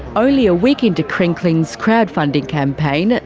only a week into crinkling's crowdfunding campaign,